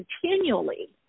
continually